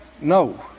No